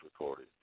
recorded